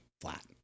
flat